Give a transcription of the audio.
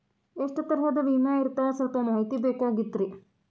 ಎಷ್ಟ ತರಹದ ವಿಮಾ ಇರ್ತಾವ ಸಲ್ಪ ಮಾಹಿತಿ ಬೇಕಾಗಿತ್ರಿ